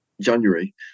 January